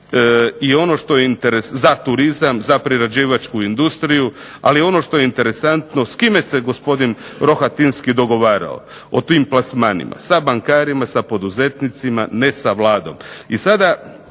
kuna za kredite za turizam, za prerađivačku industriju. Ali ono što je interesantno, s kime se gospodin Rohatinski dogovarao o tim plasmanima, sa bankarima, sa poduzetnicima, ne sa Vladom.